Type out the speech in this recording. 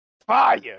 Fire